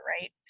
right